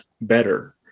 better